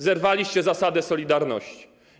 Zerwaliście z zasadą solidarności.